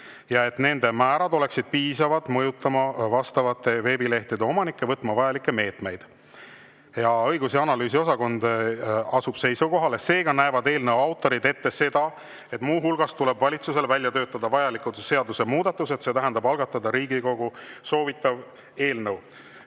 ja et nende määrad oleksid piisavad, mõjutamaks vastavate veebilehtede omanikke võtma vajalikke meetmeid. Õigus- ja analüüsiosakond asub seisukohale: seega näevad eelnõu autorid ette seda, et muu hulgas tuleb valitsusel välja töötada vajalikud seadusemuudatused, see tähendab algatada Riigikogu soovitav eelnõu.